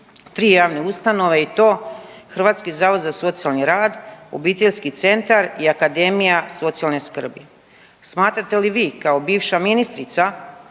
tri javne ustanove i to Hrvatski zavod za socijalni rad, obiteljski centar i Akademija socijalne skrbi. Smatrate li vi kao bivša ministrica